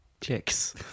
chicks